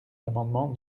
l’amendement